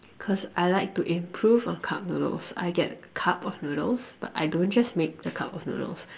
cause I like to improve on cup noodles I get cup of noodles but I don't just make the cup of noodles